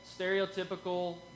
stereotypical